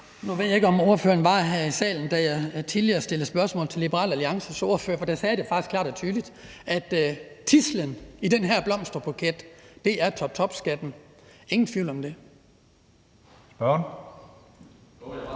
Nu ved jeg ikke, om ordføreren var her i salen, da jeg tidligere stillede spørgsmål til Liberal Alliances ordfører, for der sagde jeg faktisk klart og tydeligt, at tidslen i den her blomsterbuket er toptopskatten – ingen tvivl om det. Kl.